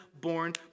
born